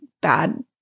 bad